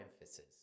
emphasis